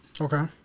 okay